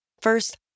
First